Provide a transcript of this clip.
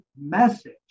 message